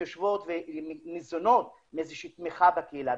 הן יושבות וניזונות מאיזה שהיא תמיכה בקהילה,